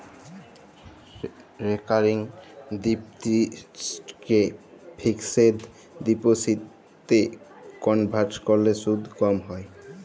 recurring ডিপসিটকে fixed ডিপসিটে convert ক্যরলে সুদ ক্যম হ্যয়